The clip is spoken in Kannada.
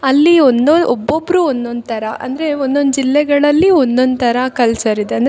ಅಲ್ಲಿ ಒಂದು ಒಬ್ಬೊಬ್ಬರು ಒನ್ನೊಂದು ಥರ ಅಂದರೆ ಒನ್ನೊಂದು ಜಿಲ್ಲೆಗಳಲ್ಲಿ ಒನ್ನೊಂದು ಥರ ಕಲ್ಚರ್ ಇದೆ ಅಂದರೆ